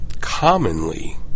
commonly